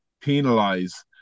penalize